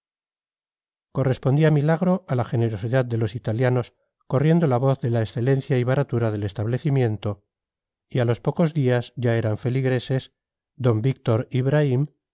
correspondía milagro a la generosidad de los italianos corriendo la voz de la excelencia y baratura del establecimiento y a los pocos días ya eran feligreses d víctor ibraim